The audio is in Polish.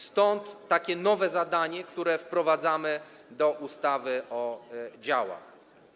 Stąd takie nowe zadanie, które wprowadzamy do ustawy o działach.